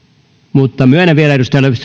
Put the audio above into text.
mutta myönnän vielä edustaja